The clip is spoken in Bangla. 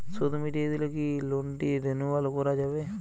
সুদ মিটিয়ে দিলে কি লোনটি রেনুয়াল করাযাবে?